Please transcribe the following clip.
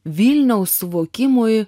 vilniaus suvokimui